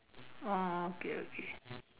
oh okay okay